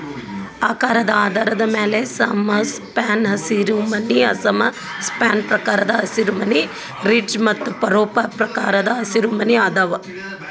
ಆಕಾರದ ಆಧಾರದ ಮ್ಯಾಲೆ ಸಮಸ್ಪ್ಯಾನ್ ಹಸಿರುಮನಿ ಅಸಮ ಸ್ಪ್ಯಾನ್ ಪ್ರಕಾರದ ಹಸಿರುಮನಿ, ರಿಡ್ಜ್ ಮತ್ತು ಫರೋ ಪ್ರಕಾರದ ಹಸಿರುಮನಿ ಅದಾವ